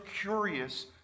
curious